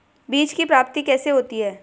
बीज की प्राप्ति कैसे होती है?